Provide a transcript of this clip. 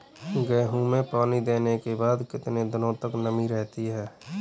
गेहूँ में पानी देने के बाद कितने दिनो तक नमी रहती है?